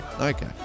Okay